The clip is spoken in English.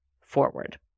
forward